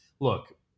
look